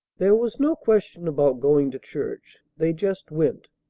there was no question about going to church. they just went.